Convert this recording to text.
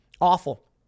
awful